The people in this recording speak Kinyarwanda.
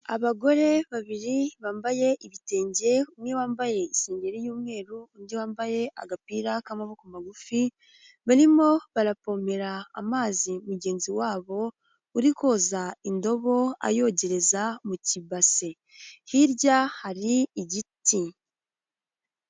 Abagore babiri bambaye ibitenge, umwe wambaye isengeri y'umweru, undi wambaye agapira k'amaboko magufi, barimo baravomera amazi mugenzi, wabo uri koza indobo, ayogereza mu kibase. Hirya hari igiti.